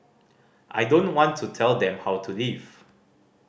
I don't want to tell them how to live